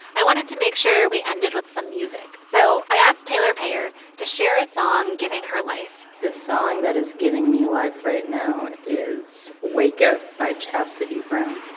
i wanted to make sure we ended with some music. so i asked taylor payer to share a song giving her life the song that is giving me life right now is wake up by chastity brown